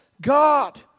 God